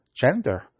gender